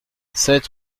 sept